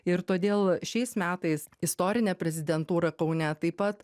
ir todėl šiais metais istorinė prezidentūra kaune taip pat